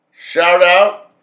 shout-out